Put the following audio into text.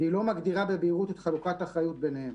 והיא לא מגדירה בבהירות את חלוקת האחריות ביניהם.